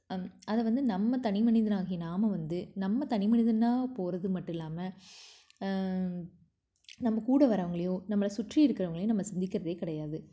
அம் அதை வந்து நம்ம தனி மனிதனாகிய நாம் வந்து நம்ம தனி மனிதனாக போவது மட்டும் இல்லாமல் நம்ம கூட வரவங்களையோ நம்மளை சுற்றி இருக்கிறவங்களையும் நம்ம சிந்திக்கிறதே கிடையாது